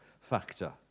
factor